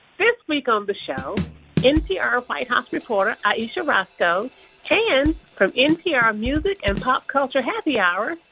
this week on the show npr white house reporter ayesha rascoe and from npr music and pop culture happy hour,